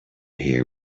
hear